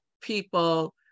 people